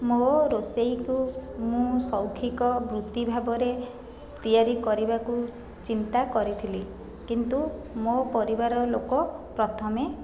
ମୋ' ରୋଷେଇକୁ ମୁଁ ସୌଖିକ ବୃତ୍ତି ଭାବରେ ତିଆରି କରିବାକୁ ଚିନ୍ତା କରିଥିଲି କିନ୍ତୁ ମୋ' ପରିବାର ଲୋକ ପ୍ରଥମେ